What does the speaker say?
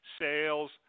sales